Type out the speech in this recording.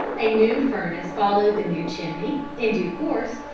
a new furnace followed the new chimney, in due course,